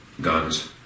guns